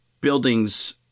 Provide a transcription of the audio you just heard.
buildings